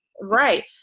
right